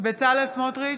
בצלאל סמוטריץ'